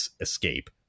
escape